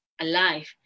alive